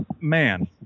man